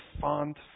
font